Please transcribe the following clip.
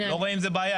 לא רואה עם זה בעיה.